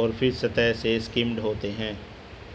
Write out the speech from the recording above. और फिर सतह से स्किम्ड होते हैं